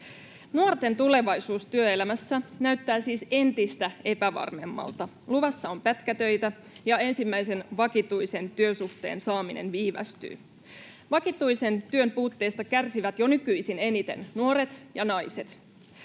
Nuorten tulevaisuus työelämässä näyttää siis entistä epävarmemmalta. Luvassa on pätkätöitä, ja ensimmäisen vakituisen työsuhteen saaminen viivästyy. Vakituisen työn puutteesta kärsivät jo nykyisin eniten nuoret ja naiset.